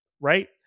right